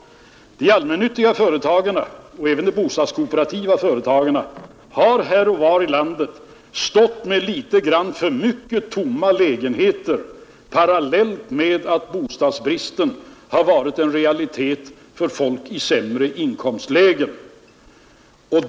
De allmännyttiga företagen och även de bostadskooperativa företagen har här och var i landet haft litet för många tomma lägenheter parallellt med att bostadsbristen har varit en realitet för folk i sämre inkomstlägen.